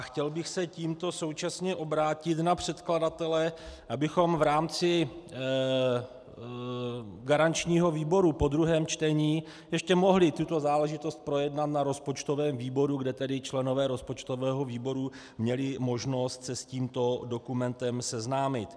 Chtěl bych se tímto současně obrátit na předkladatele, abychom v rámci garančního výboru po druhém čtení ještě mohli tuto záležitost projednat na rozpočtovém výboru, kde tedy členové rozpočtového výboru měli možnost se s tímto dokumentem seznámit.